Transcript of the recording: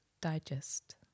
Digest